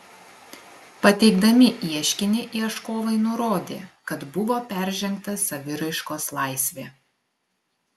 pateikdami ieškinį ieškovai nurodė kad buvo peržengta saviraiškos laisvė